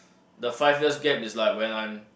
the five years gap is like when I'm